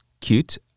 cute